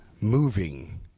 moving